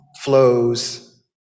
flows